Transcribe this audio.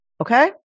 Okay